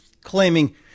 claiming